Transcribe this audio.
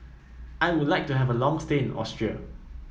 I would like to have a long stay in Austria